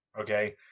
Okay